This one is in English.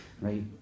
right